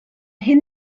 hyn